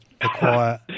acquire